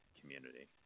community